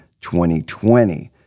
2020